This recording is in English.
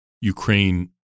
Ukraine